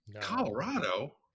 Colorado